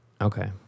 Okay